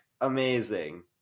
amazing